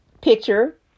picture